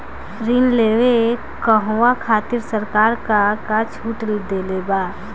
ऋण लेवे कहवा खातिर सरकार का का छूट देले बा?